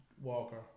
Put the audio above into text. Walker